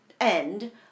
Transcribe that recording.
end